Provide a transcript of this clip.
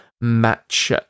match